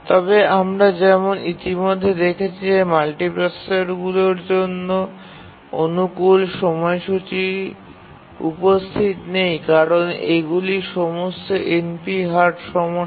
তবে আমরা যেমন ইতিমধ্যে দেখেছি যে মাল্টিপ্রসেসরগুলির জন্য অনুকূল সময়সূচী উপস্থিত নেই কারণ এগুলি সমস্ত NP হার্ড সমস্যা